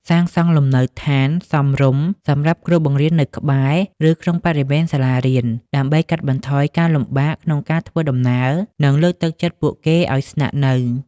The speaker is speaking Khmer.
សាងសង់លំនៅឋានសមរម្យសម្រាប់គ្រូបង្រៀននៅក្បែរ ឬក្នុងបរិវេណសាលារៀន ដើម្បីកាត់បន្ថយការលំបាកក្នុងការធ្វើដំណើរ និងលើកទឹកចិត្តពួកគេឱ្យស្នាក់នៅ។